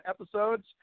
episodes